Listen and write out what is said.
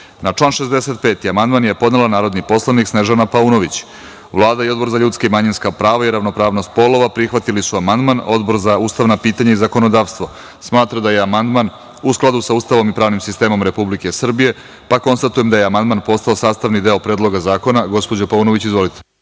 član 7. amandman je podneo narodni poslanik Đorđe Komlenski. Vlada i Odbor za ljudska i manjinska prava i ravnopravnog polova prihvatili su amandman, a Odbor za ustavna pitanja i zakonodavstvo smatra da je amandman u skladu sa Ustavom i pravnim sistemom Republike Srbije. Konstatujem da je ovaj amandman postao sastavni deo Predloga zakona. Reč ima narodni poslanik